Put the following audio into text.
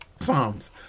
Psalms